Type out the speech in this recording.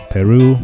Peru